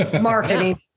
marketing